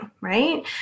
right